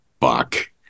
Fuck